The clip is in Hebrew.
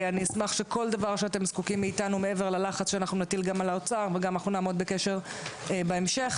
אנחנו נטיל לחץ על האוצר ונעמוד בקשר בהמשך.